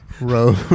road